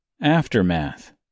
Aftermath